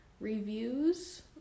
reviews